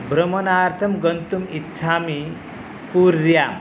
भ्रमनार्थं गन्तुम् इच्छामि पूर्यां